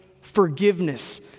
forgiveness